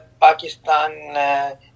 Pakistan